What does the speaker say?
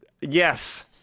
yes